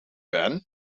pen